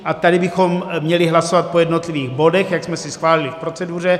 A tady bychom měli hlasovat po jednotlivých bodech, jak jsme si schválili v proceduře.